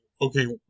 okay